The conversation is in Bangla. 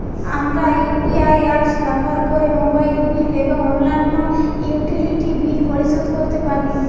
আমরা ইউ.পি.আই অ্যাপস ব্যবহার করে মোবাইল বিল এবং অন্যান্য ইউটিলিটি বিল পরিশোধ করতে পারি